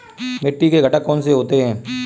मिट्टी के घटक कौन से होते हैं?